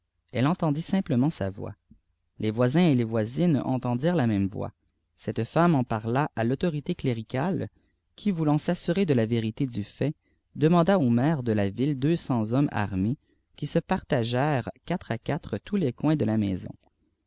elle entendit simplelent sa voix les voisins et les voisines entendirent la même voix cette femme en parla à l'autorité cléricale qui voulant s'assurer de la vérité du fait demanda au maire de la ville deux cents hommes armés qui se partagèrent quatre à quatre tous les coins de là maison